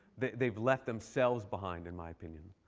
they've they've left themselves behind, in my opinion,